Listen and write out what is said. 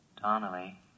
Donnelly